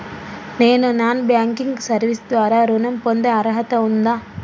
నేను non banking service ద్వారా ఋణం పొందే అర్హత ఉందా?